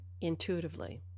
intuitively